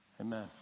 amen